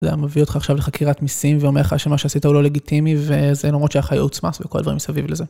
זה היה מביא אותך עכשיו לחקירת מיסים ואומר לך שמה שעשית הוא לא לגיטימי. וזה למרות שהיה לך יעוץ מַס, וכל הדברים סביבי לזה.